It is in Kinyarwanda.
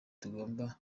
tugomba